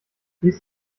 dies